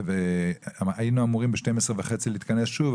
היינו אמורים ב-12:30 להתכנס שוב,